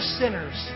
sinners